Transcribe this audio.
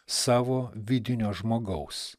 savo vidinio žmogaus